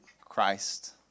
Christ